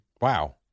Wow